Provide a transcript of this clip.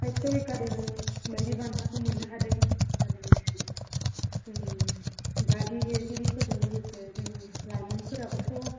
साहित्य एकादेमि बायदि बान्थाखौ मोननो हादों आरो गागि लिरगिरिफोरजों लोगोसे जों लाइमोनफोराबोथ'